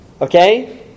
Okay